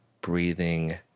breathing